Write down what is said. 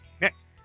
Next